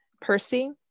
Percy